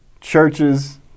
churches